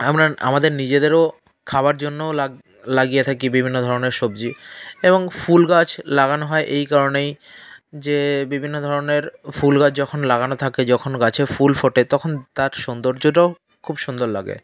আমরা আমাদের নিজেদেরও খাবার জন্যও লাগিয়ে থাকি বিভিন্ন ধরনের সবজি এবং ফুল গাছ লাগানো হয় এই কারণেই যে বিভিন্ন ধরনের ফুল গাছ যখন লাগানো থাকে যখন গাছে ফুল ফোটে তখন তার সৌন্দর্যটাও খুব সুন্দর লাগে